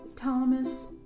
Thomas